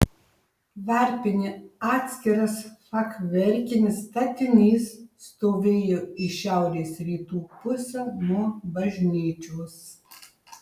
varpinė atskiras fachverkinis statinys stovėjo į šiaurės rytų pusę nuo bažnyčios